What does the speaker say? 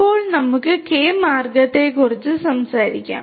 ഇപ്പോൾ നമുക്ക് ഈ കെ മാർഗ്ഗത്തെക്കുറിച്ച് സംസാരിക്കാം